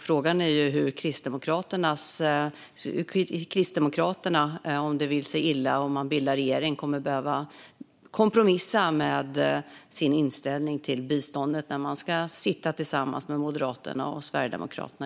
Frågan är hur Kristdemokraterna, om det vill sig illa och man bildar regering, kommer att behöva kompromissa med sin inställning till biståndet när man ska sitta i regering tillsammans med Moderaterna och Sverigedemokraterna.